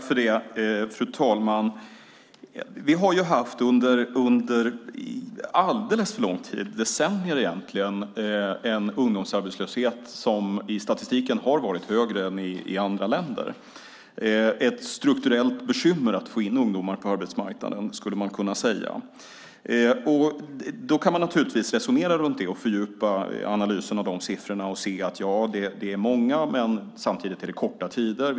Fru talman! Vi har under alldeles för lång tid, egentligen under decennier, haft en ungdomsarbetslöshet som i statistiken varit högre än i andra länder. Det har varit ett strukturellt bekymmer att få in ungdomar på arbetsmarknaden skulle man kunna säga. Då kan man naturligtvis resonera kring det, fördjupa analysen av siffrorna och se att det är många men att det samtidigt är fråga om korta tider.